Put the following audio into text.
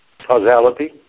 causality